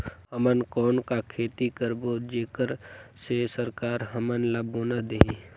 हमन कौन का खेती करबो जेकर से सरकार हमन ला बोनस देही?